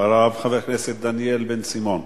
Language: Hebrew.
אחריו, חבר הכנסת דניאל בן-סימון,